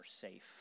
safe